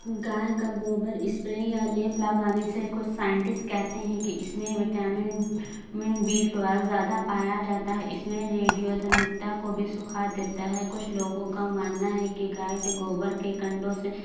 گائے کا گوبر اسپرے یا لیپ لگانے سے کچھ سائنٹس کہتے ہیں کہ اس میں وٹامن بی ٹویل زیادہ پایا جاتا ہے اس میں ریڈیو دھرمتا کو بھی سکھا دیتا ہے کچھ لوگوں کا ماننا ہے کہ گائے کے گوبر کے کنڈوں سے